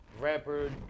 rapper